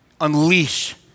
unleash